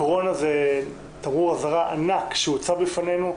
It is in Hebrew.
הקורונה זה תמרור אזהרה ענק שנמצא בפנינו.